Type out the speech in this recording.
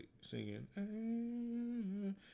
singing